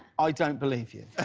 i don't believe you.